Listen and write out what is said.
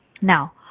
Now